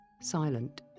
silent